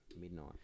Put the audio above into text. Midnight